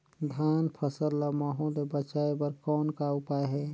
धान फसल ल महू ले बचाय बर कौन का उपाय हे?